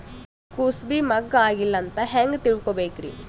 ಕೂಸಬಿ ಮುಗ್ಗ ಆಗಿಲ್ಲಾ ಅಂತ ಹೆಂಗ್ ತಿಳಕೋಬೇಕ್ರಿ?